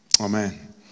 Amen